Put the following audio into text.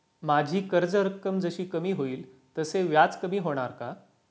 माझी कर्ज रक्कम जशी कमी होईल तसे व्याज कमी होणार का?